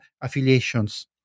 affiliations